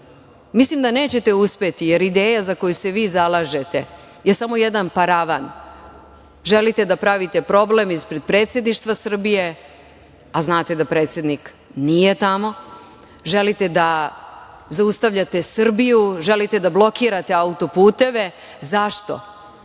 njih. Mislim da nećete uspeti, jer ideja za koju sve vi zalažete je samo jedan paravan. Želite da pravite problem ispred predsedništva Srbije, a znate da predsednik nije tamo. Želite da zaustavljate Srbije, želite da blokirate autoputeve. Zašto? Ne